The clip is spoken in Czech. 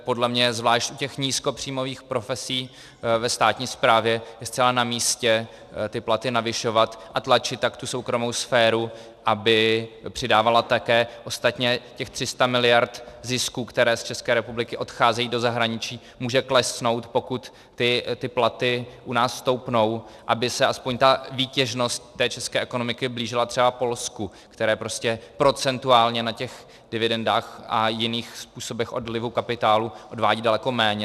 Podle mě zvlášť u těch nízkopříjmových profesí ve státní správě je zcela namístě ty platy navyšovat a tlačit tak soukromou sféru, aby přidávala také, ostatně 300 mld. zisků, které z České republiky odcházejí do zahraničí, může klesnout, pokud platy u nás stoupnou, aby se aspoň ta výtěžnost české ekonomiky blížila třeba Polsku, které prostě procentuálně na dividendách a jiných způsobech odlivu kapitálu odvádí daleko méně.